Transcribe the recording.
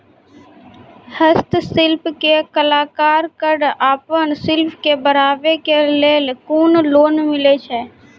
हस्तशिल्प के कलाकार कऽ आपन शिल्प के बढ़ावे के लेल कुन लोन मिलै छै?